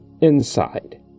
inside